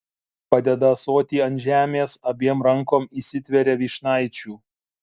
padeda ąsotį ant žemės abiem rankom įsitveria vyšnaičių